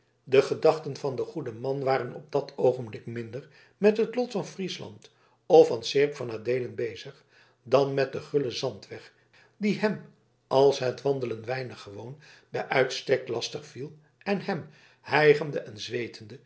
de gedachten van den goeden man waren op dat oogenblik minder met het lot van friesland of van seerp van adeelen bezig dan met den gullen zandweg die hem als het wandelen weinig gewoon bij uitstek lastig viel en hem hijgende en zweetende